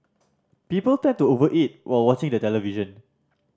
people tend to over eat while watching the television